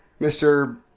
Mr